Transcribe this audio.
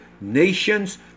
nations